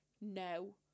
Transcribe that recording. no